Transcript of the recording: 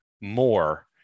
more